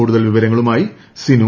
കൂടുതൽ വിവരങ്ങളുമായി സിനു